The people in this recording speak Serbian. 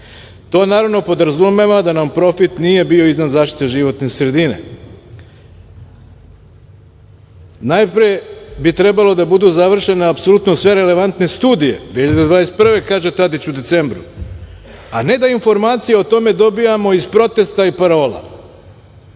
To naravno podrazumeva da nam profit nije bio iznad zaštite životne sredine. Najpre, bi trebalo da budu završene apsolutno sve relevantne studije, 2021. godine, kaže Tadić, u decembru, a ne da informacije o tome dobijamo iz protesta i parola.